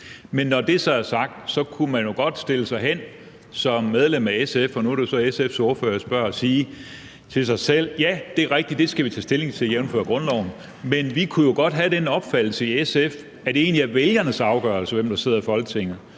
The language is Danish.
Men når det så er sagt, kunne man jo godt stille sig hen som medlem af SF – nu er det jo så SF's ordfører, jeg spørger – og sige til sig selv: Ja, det er rigtigt, det skal vi tage stilling til, jævnfør grundloven, men vi kunne jo godt have den opfattelse i SF, at det egentlig er vælgernes afgørelse, hvem der sidder i Folketinget,